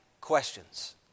questions